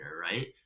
right